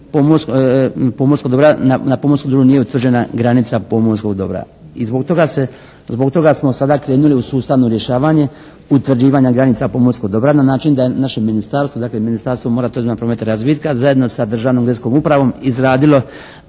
na pomorskom dobru nije utvrđena granica pomorskog dobra. I zbog toga smo sada krenuli u sustavno rješavanje utvrđivanja granica pomorskog dobra na način da naše ministarstvo, dakle, Ministarstvo mora, turizma, prometa i razvitka zajedno sa Državnom geodetskom upravom izradilo